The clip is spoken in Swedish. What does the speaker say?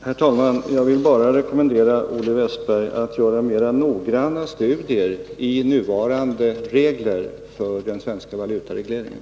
Herr talman! Jag vill bara rekommendera Olle Wästberg att göra noggrannare studier av nuvarande regler för den svenska valutaregleringen.